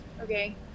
Okay